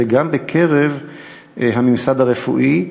וגם בקרב הממסד הרפואי,